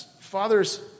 fathers